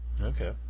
Okay